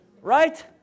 Right